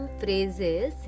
phrases